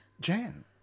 Jan